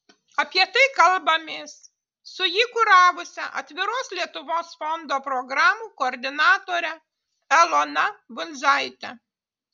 apie tai kalbamės su jį kuravusia atviros lietuvos fondo programų koordinatore elona bundzaite